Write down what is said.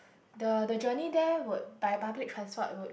the the journey there would by public transport would